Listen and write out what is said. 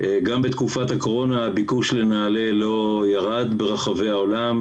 גם בתקופת הקורונה הביקוש לנעל"ה לא ירד ברחבי העולם,